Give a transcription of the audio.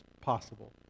possible